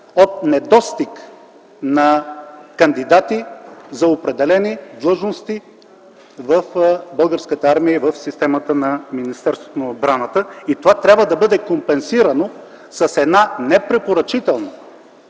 10% недостиг на кандидати за определени длъжности в Българската армия и в системата на Министерството на отбраната. Това трябва да бъде компенсирано с една не препоръчителна